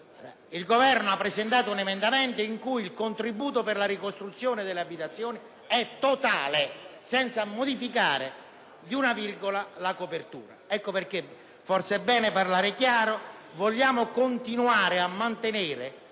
il Governo ha presentato un emendamento in cui il contributo per la ricostruzione delle abitazioni è totale senza modificare di una virgola la copertura. Ecco perché forse è bene parlare chiaro: vogliamo continuare a mantenere